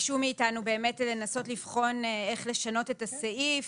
ביקשנו מאיתנו באמת לנסות לבחון איך לשנות את הסעיף